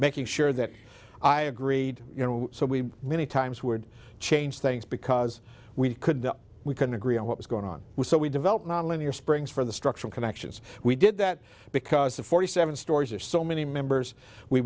making sure that i agreed you know so we many times would change things because we couldn't we couldn't agree on what was going on so we developed non linear springs for the structural connections we did that because the forty seven stories are so many members we